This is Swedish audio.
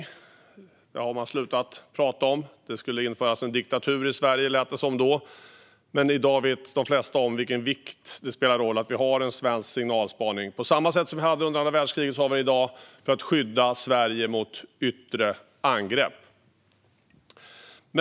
Detta har man nu slutat prata om, men då lät det på debatten som om det skulle införas en diktatur i Sverige. I dag vet de flesta vilken viktig roll det spelar att vi har en svensk signalspaning. På samma sätt som vi hade signalspaning under andra världskriget har vi det i dag för att skydda Sverige mot yttre angrepp.